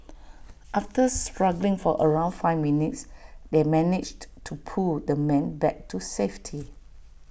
after struggling for around five minutes they managed to pull the man back to safety